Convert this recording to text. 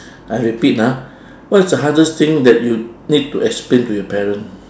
I repeat ah what is the hardest thing that you need to explain to your parent